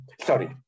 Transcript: sorry